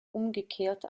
umgekehrt